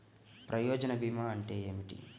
ప్రయోజన భీమా అంటే ఏమిటి?